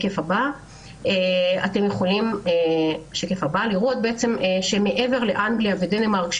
אתם יכולים לראות שמעבר לאנגליה ודנמרק,